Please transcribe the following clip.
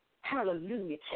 Hallelujah